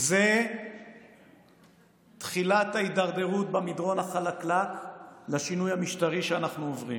זו תחילת ההידרדרות במדרון החלקלק לשינוי המשטרי שאנחנו עוברים.